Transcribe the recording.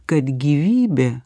kad gyvybė